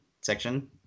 section